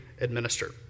administer